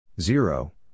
Zero